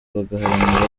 bagaharanira